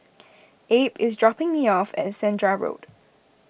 Abe is dropping me off at Senja Road